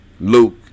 Luke